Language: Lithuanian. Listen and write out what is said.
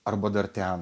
arba dar ten